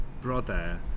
brother